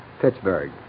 Pittsburgh